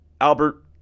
Albert